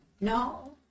No